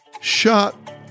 shot